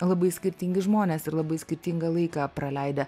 labai skirtingi žmonės ir labai skirtingą laiką praleidę